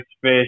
fish